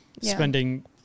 spending